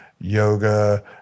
yoga